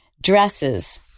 dresses